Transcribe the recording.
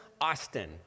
Austin